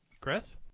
chris